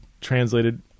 translated